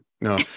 no